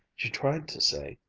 she tried to say,